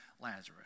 Lazarus